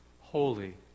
holy